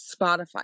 Spotify